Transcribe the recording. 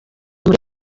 muri